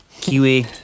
Kiwi